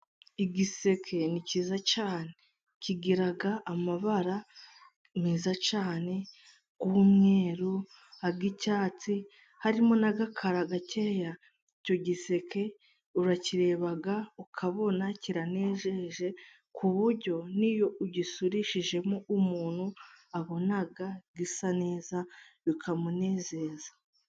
Igiseke ni kiza cyane. Kigira amabara meza cyane, y'umweru, ay'icyatsi, harimo n'agakara gacyeya, icyo giseke urakireba ukabona kiranejeje, ku buryo n'iyo ugisurishijemo umuntu abona gisa neza, bikamunezeza.